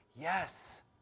yes